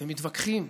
הם מתווכחים.